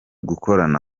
gukorana